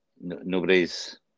Nobody's